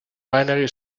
binary